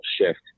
shift